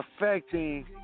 affecting